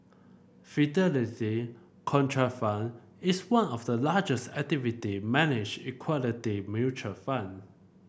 Fidelity Contrafund is one of the largest activity managed equality mutual fund